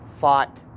fought